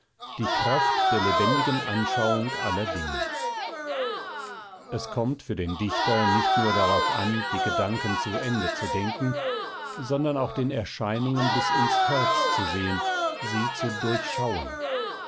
die kraft der lebendigen anschauung aller dinge es kommt für den dichter nicht darauf an die gedanken zu ende zu denken sondern auch den erscheinungen bis ins herz zu sehen sie zu durchschauen